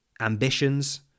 ambitions